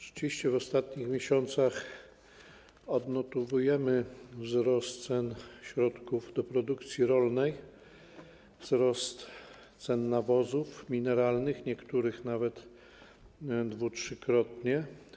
Rzeczywiście w ostatnich miesiącach odnotowujemy wzrost cen środków do produkcji rolnej, wzrost cen nawozów mineralnych, niektórych nawet dwu-, trzykrotnie.